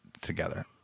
together